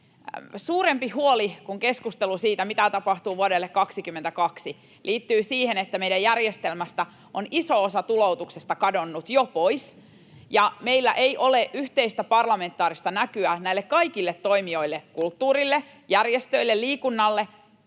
suurempi huoli kuin keskustelu siitä, mitä tapahtuu vuodelle 22, liittyy siihen, että meidän järjestelmästä on iso osa tuloutuksesta kadonnut jo pois ja meillä ei ole yhteistä parlamentaarista näkyä näille kaikille toimijoille — kulttuurille, järjestöille, liikunnalle